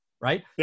right